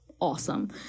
awesome